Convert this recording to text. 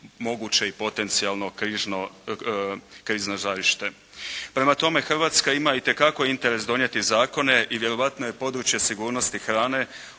moguće i potencijalno krzno žarište. Prema tome, Hrvatska ima i te kakao interes donijeti zakone i vjerojatno je područje sigurnosti hrane